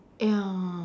ya